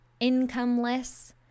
incomeless